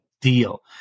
deal